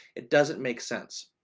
it doesn't make sense.